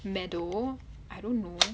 medal I don't know